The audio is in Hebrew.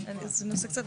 זה נושא קצת...